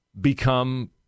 become